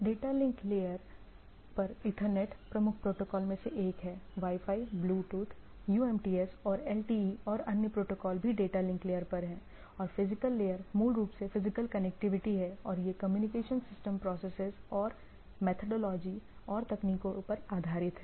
data link layer पर Ethernet Ethernet प्रमुख protocol में से एक है वाई फाई ब्लूटूथ यूएमटीएस और एलटीई और अन्य प्रोटोकॉल भी डाटा लिंक लेयर पर हैं और फिजिकल लेयर मूल रूप से फिजिकल कनेक्टिविटी है और यह कम्युनिकेशन सिस्टम प्रोसेसेस और मेथाडोलॉजी और तकनीको पर आधारित है